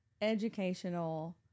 educational